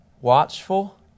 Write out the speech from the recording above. watchful